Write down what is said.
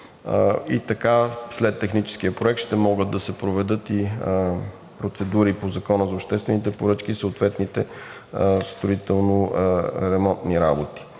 И така след техническия проект ще могат да се проведат и процедури по Закона за обществените поръчки и съответните строително-ремонтни работи.